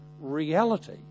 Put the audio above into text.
reality